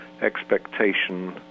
expectation